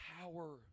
power